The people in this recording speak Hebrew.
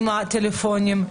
עם טלפונים,